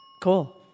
Cool